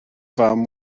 fam